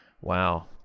wow